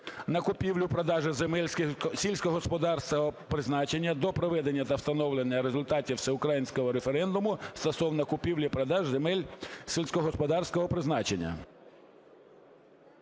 на купівлю-продаж земель сільськогосподарського призначення до проведення та встановлення результатів всеукраїнського референдуму стосовно купівлі-продажу земель сільськогосподарського призначення…".